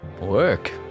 work